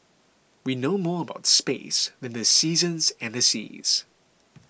we know more about space than the seasons and the seas